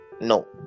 No